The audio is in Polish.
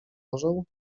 orzeł